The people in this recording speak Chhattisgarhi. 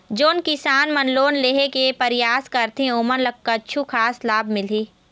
जोन किसान मन लोन लेहे के परयास करथें ओमन ला कछु खास लाभ मिलही?